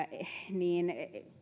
niin